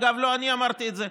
אגב, לא אני אמרתי את זה,